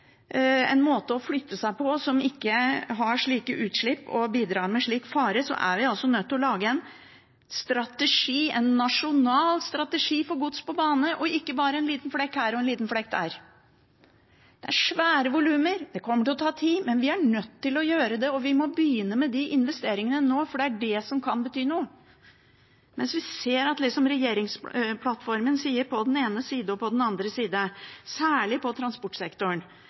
en måte å flytte seg på som ikke har slike utslipp og bidrar med slik fare, er vi nødt til å lage en strategi – en nasjonal strategi – for gods på bane, og ikke bare en liten flekk her og en liten flekk der. Det er svære volumer, det kommer til å ta tid, men vi er nødt til å gjøre det, og vi må begynne med de investeringene nå, for det er det som kan bety noe. Men vi ser at regjeringsplattformen sier på den ene siden og på den andre siden, særlig på transportsektoren,